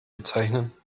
bezeichnen